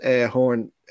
Horn